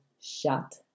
shut